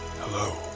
Hello